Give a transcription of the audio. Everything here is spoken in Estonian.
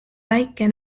väike